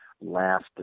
Last